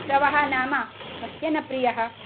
उत्सवः नाम कस्य न प्रियः